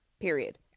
period